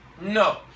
no